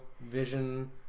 Vision